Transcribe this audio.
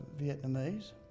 Vietnamese